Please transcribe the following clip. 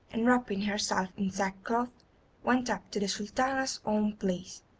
and wrapping herself in sackcloth went up to the sultana's own palace,